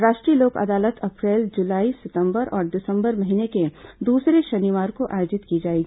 राष्ट्रीय लोक अदालत अप्रैल जुलाई सितंबर और दिसंबर महीने के दूसरे शनिवार को आयोजित की जाएगी